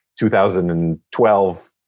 2012